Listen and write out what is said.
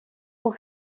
pour